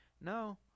No